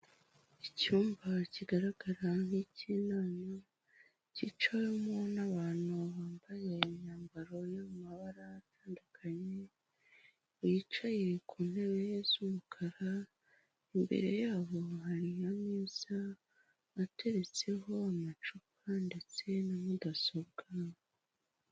Icyumba kigaragara nk'ik'inama cyicawemo n'abantu bambaye imyambaro yo mu mabara atandukanye, bicaye ku ntebe z'umukara, imbere y'abo hari ameza ateretseho amacupa ndetse na mudasobwa.